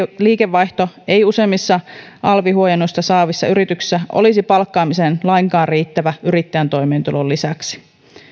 liikevaihto ei useimmissa alvi huojennusta saavissa yrityksissä olisi palkkaamiseen lainkaan riittävä yrittäjän toimeentulon lisäksi